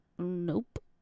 Nope